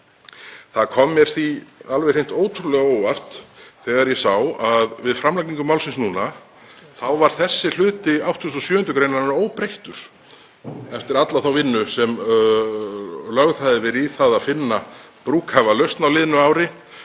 Það kom mér því alveg hreint ótrúlega á óvart þegar ég sá að við framlagningu málsins núna var þessi hluti 87. gr. óbreyttur eftir alla þá vinnu sem lögð hafði verið í það að finna brúklega lausn á liðnu ári.